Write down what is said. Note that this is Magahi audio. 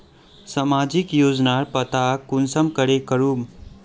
सामाजिक योजनार पता कुंसम करे करूम?